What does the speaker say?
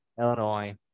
Illinois